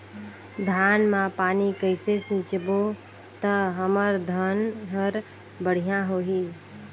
धान मा पानी कइसे सिंचबो ता हमर धन हर बढ़िया होही?